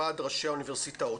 ועד ראשי האוניברסיטאות.